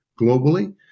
globally